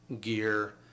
gear